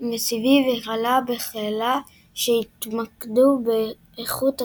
וכלה בכאלה שהתמקדו באיכות הכתיבה,